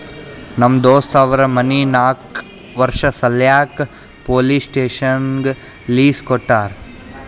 ನಮ್ ದೋಸ್ತ್ ಅವ್ರ ಮನಿ ನಾಕ್ ವರ್ಷ ಸಲ್ಯಾಕ್ ಪೊಲೀಸ್ ಸ್ಟೇಷನ್ಗ್ ಲೀಸ್ ಕೊಟ್ಟಾರ